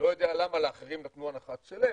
לא יודע למה לאחרים נתנו הנחת סלב,